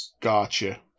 Gotcha